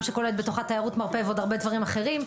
כוללת בתוכה תיירות מרפא ועוד הרבה דברים אחרים.